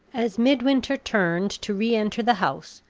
as midwinter turned to re-enter the house,